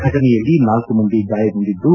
ಫಟನೆಯಲ್ಲಿ ನಾಲ್ಕು ಮಂದಿ ಗಾಯಗೊಂಡಿದ್ದು